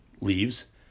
leaves